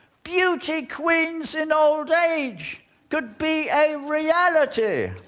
beauty queens in old age could be a reality.